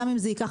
גם אם זה ייקח,